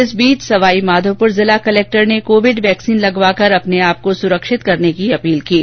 इस बीच सवाईमाधोपुर में जिला कलेक्टर ने लोगों से कोविड वैक्सीन लगवाकर अपने आपको सुरक्षित करने की अपील की है